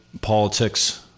politics